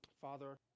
Father